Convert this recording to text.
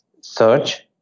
search